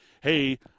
hey